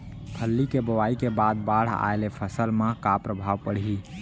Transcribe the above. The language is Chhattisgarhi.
फल्ली के बोआई के बाद बाढ़ आये ले फसल मा का प्रभाव पड़ही?